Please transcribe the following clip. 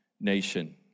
nation